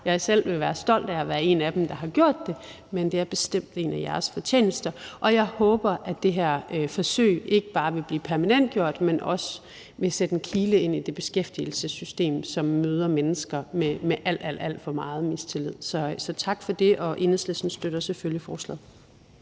jeg er selv stolt af at være en af dem, der har gjort det – men det er bestemt en af jeres fortjenester, og jeg håber, at det her forsøg ikke bare vil blive permanentgjort, men at det også vil sætte en kile ind i det beskæftigelsessystem, som møder mennesker med alt, alt for meget mistillid. Så tak for det, og Enhedslisten støtter selvfølgelig forslaget.